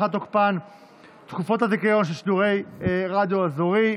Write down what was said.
הארכת תקופות הזיכיון לשידורי רדיו אזורי),